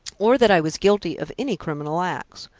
or that i was guilty of any criminal acts.